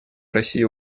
россии